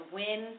win